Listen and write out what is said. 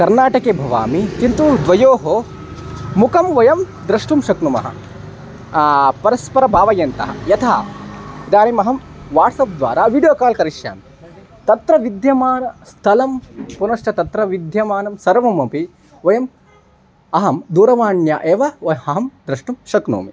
कर्नाटके भवामि किन्तु द्वयोः मुखं वयं द्रष्टुं शक्नुमः परस्परं भावयन्तः यथा इदानीम् अहं वाट्साप्द्वारा वीडियो काल् करिष्यामि तत्र विद्यमानस्थलं पुनश्च तत्र विद्यमानं सर्वमपि वयम् अहं दूरवाण्याम् एव वा अहं द्रष्टुं शक्नोमि